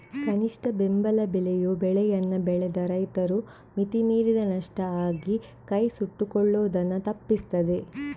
ಕನಿಷ್ಠ ಬೆಂಬಲ ಬೆಲೆಯು ಬೆಳೆಯನ್ನ ಬೆಳೆದ ರೈತರು ಮಿತಿ ಮೀರಿದ ನಷ್ಟ ಆಗಿ ಕೈ ಸುಟ್ಕೊಳ್ಳುದನ್ನ ತಪ್ಪಿಸ್ತದೆ